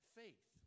faith